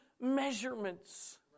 measurements